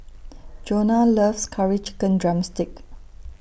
Jonna loves Curry Chicken Drumstick